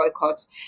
boycotts